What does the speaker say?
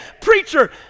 Preacher